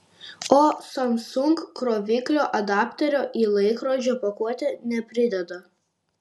o samsung kroviklio adapterio į laikrodžio pakuotę neprideda